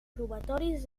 robatoris